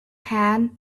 hand